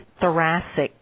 thoracic